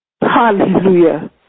Hallelujah